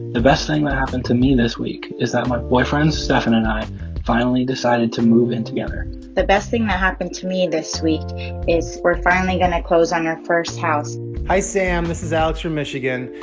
the best thing that happened to me this week is that my boyfriend stefan and i finally decided to move in together the best thing that happened to me this week is we're finally going to close on our first house hi, sam. this is alex from michigan.